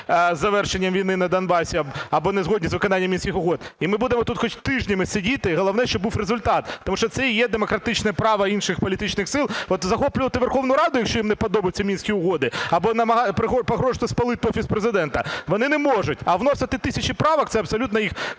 з завершенням війни на Донбасі або не згодні з виконанням Мінських угод, і ми будемо тут хоч тижнями сидіти, і головне, щоб результат, тому що це і є демократичне право інших політичних сил захоплювати Верховну Раду, якщо їм не подобаються Мінські угоди, або погрожувати спалити Офіс Президента, вони не можуть, а вносити тисячі правок це абсолютно їх